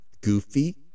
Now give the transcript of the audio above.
goofy